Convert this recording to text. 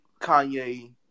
Kanye